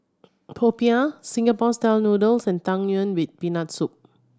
popiah Singapore Style Noodles and Tang Yuen with Peanut Soup